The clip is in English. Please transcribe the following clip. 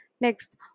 Next